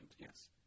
yes